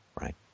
Right